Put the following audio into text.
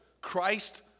Christ